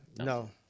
no